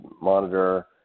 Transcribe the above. monitor